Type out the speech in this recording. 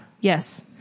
Yes